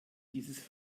dieses